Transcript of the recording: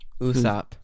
Usopp